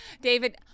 David